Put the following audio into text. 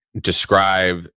describe